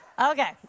Okay